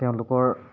তেওঁলোকৰ